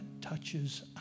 touches